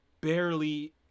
barely